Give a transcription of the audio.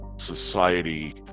society